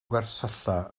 gwersylla